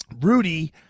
Rudy